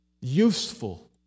useful